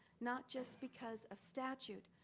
not just because of statute,